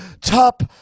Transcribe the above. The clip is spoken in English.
top –